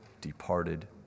departed